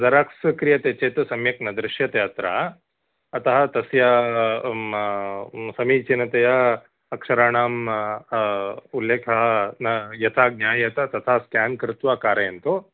xerox क्रियते चेत् सम्यक् न दृश्यते अत्र अतः तस्य समीचीनतया अक्षराणाम् उल्लेखः न यथा ज्ञायेत् तथा स्क्यान् कृत्वा कारयन्तु